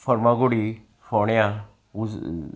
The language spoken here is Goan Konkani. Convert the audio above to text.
फर्मागुडी फोण्या उज